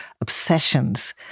obsessions